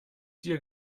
dir